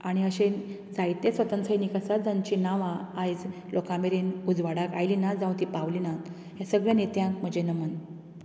आनी अशें जायते स्वतंत्र सैनीक आसात जांची नांवां आयज लोकां मेरेन उजवाडाक आयली ना जावं ती पावलीं ना हें सगळ्या नेत्याक म्हजें नमन